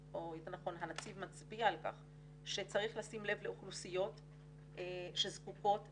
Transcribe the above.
הנציב מצביע על כך שצריך לשים לב לאוכלוסיות שזקוקות לעזרה,